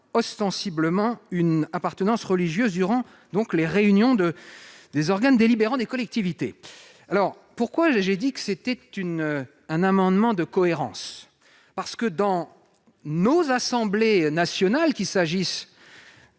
ostensiblement une appartenance religieuse durant les réunions des organes délibérants des collectivités. Pourquoi s'agit-il d'un amendement de cohérence ? Parce que la réglementation de nos assemblées nationales, qu'il s'agisse